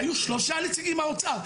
היו שלושה נציגים מהאוצר.